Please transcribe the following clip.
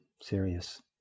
serious